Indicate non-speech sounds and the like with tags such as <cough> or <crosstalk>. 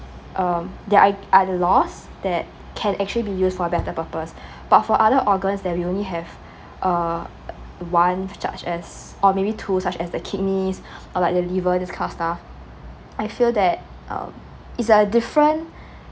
um that are are lost that can actually be used on better purpose <breath> but for other organs that we only have <breath> uh one such as or maybe two such as the kidneys <breath> or like the liver that kind of stuff <noise> I feel that um it's a different <breath>